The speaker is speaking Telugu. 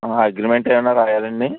అగ్రిమెంట్ ఏమైనా రాయాలాండి